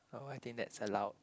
oh I think that's allowed